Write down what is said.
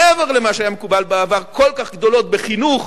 מעבר למה שהיה מקובל בעבר, כל כך גדולות, בחינוך,